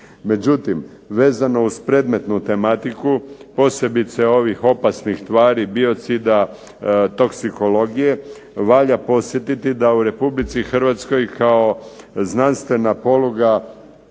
Međutim vezano uz predmetnu tematiku, posebice ovih opasnih tvari biocida, toksikologije, valja podsjetiti da u Republici Hrvatskoj kao znanstvena poluga